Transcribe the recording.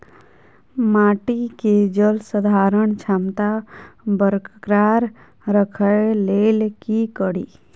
माटि केँ जलसंधारण क्षमता बरकरार राखै लेल की कड़ी?